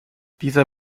dieser